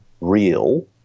real